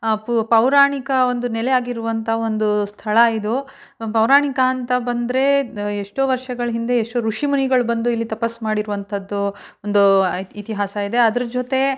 ಪು ಪೌರಾಣಿಕ ಒಂದು ನೆಲೆ ಆಗಿರುವಂಥ ಒಂದು ಸ್ಥಳ ಇದು ಪೌರಾಣಿಕ ಅಂತ ಬಂದರೆ ಎಷ್ಟೋ ವರ್ಷಗಳು ಹಿಂದೆ ಎಷ್ಟೋ ಋಷಿ ಮುನಿಗಳು ಬಂದು ಇಲ್ಲಿ ತಪಸ್ಸು ಮಾಡಿರುವಂಥದ್ದು ಒಂದೂ ಐತ್ ಇತಿಹಾಸ ಇದೆ ಅದ್ರ ಜೊತೆಗೆ